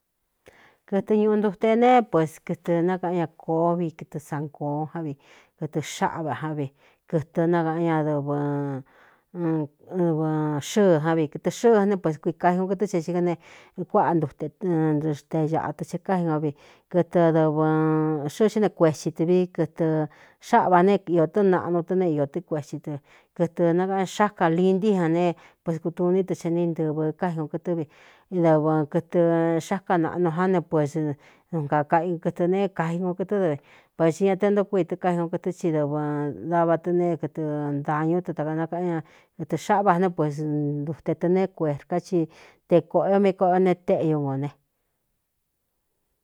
Kɨtɨ ñuꞌu ntute ne pues kɨtɨ nákaꞌan ña kōó vi ktɨ sancoó án vi kɨtɨ xáꞌva án vi kɨtɨ nákaꞌan ña dɨvɨn xɨɨ ján vi kɨtɨ xɨɨ jn ne pues kuika i kon ktɨ́ xe xi k ne kuáꞌa ntutente āꞌa tɨ xe kái kon vi kɨtɨ dɨvɨn xɨɨ xɨ ne kuetsi tɨ vi kɨtɨ xáꞌva ne iō tɨ́ɨn naꞌnu tɨ́ ne iō tɨ́ kueti tɨ kɨtɨ̄ nákaꞌan ñ xáka li ntí jan ne pueskutu iní tɨ xe ni ntɨvɨ̄ kái kon kɨtɨ́ vi dɨvɨn kɨtɨ xáka naꞌnu á ne pués n kakai kɨtɨ ne kai kon kɨtɨ́ dve vathi ña te ntó kui tɨkái kon kɨtɨ́ i dɨvɨn dava tɨ ne kɨtɨ ntañú te tkanakaꞌan ña kɨtɨ̄ xáꞌva né pués ntute tɨ nēé kuerká ci te kōꞌo o mí koꞌo o neé téꞌñu n ō ne.